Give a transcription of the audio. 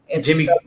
Jimmy